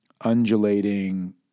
undulating